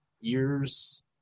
years